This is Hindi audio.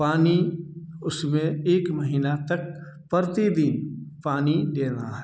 पानी उसमें एक महीना तक प्रतिदिन पानी देना है